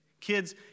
Kids